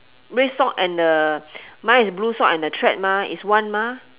red sock and the mine is blue sock and the thread mah is one mah